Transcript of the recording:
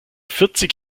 vierzig